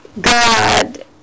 God